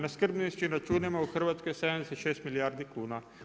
Na skrbničkim računima u Hrvatskoj 76 milijardi kuna.